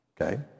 Okay